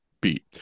beat